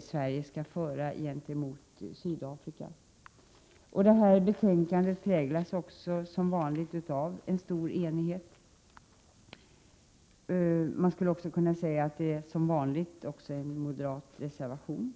Sverige skall föra gentemot Sydafrika. Detta betänkande präglas också som vanligt av en stor enighet. Man skulle också kunna säga att det som vanligt finns en moderat reservation.